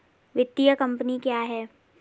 वित्तीय कम्पनी क्या है?